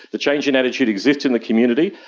the change in attitude exists in the community.